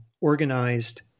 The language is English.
organized